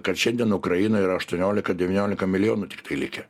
kad šiandien ukrainoje yra aštuoniolika devyniolika milijonų tiktai likę